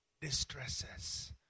distresses